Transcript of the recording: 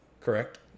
correct